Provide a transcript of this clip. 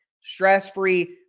Stress-free